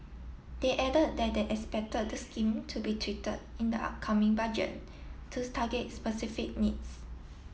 they added that they expect the scheme to be tweeted in the upcoming budget to target specific needs